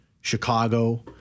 Chicago